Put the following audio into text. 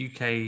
UK